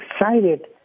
excited